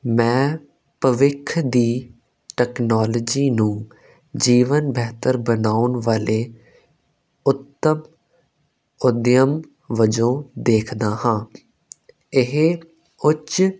ਮੈਂ ਭਵਿੱਖ ਦੀ ਟਕਨੋਲਜੀ ਨੂੰ ਜੀਵਨ ਬਿਹਤਰ ਬਣਾਉਣ ਵਾਲੇ ਉੱਤਮ ਉਧਿਅਮ ਵਜੋਂ ਦੇਖਦਾ ਹਾਂ ਇਹ ਉੱਚ